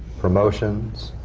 promotions,